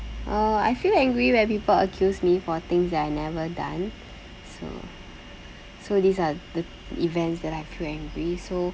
uh I feel angry when people accuse me for things that I never done so so these are the events that I feel angry so